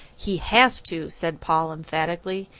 he has to, said paul emphatically.